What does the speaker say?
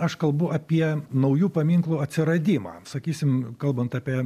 aš kalbu apie naujų paminklų atsiradimą sakysim kalbant apie